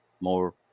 more